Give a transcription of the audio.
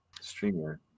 streamer